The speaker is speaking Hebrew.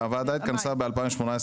הוועדה התכנסה ב-2019-2018,